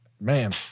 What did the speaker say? man